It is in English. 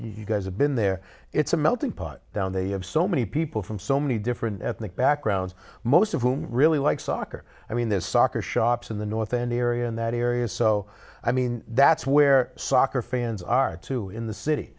you guys have been there it's a melting pot down they have so many people from so many different ethnic backgrounds most of whom really like soccer i mean there's soccer shops in the north an area in that area so i mean that's where soccer fans are too in the city